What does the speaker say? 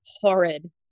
horrid